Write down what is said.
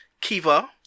Kiva